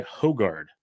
Hogard